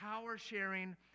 power-sharing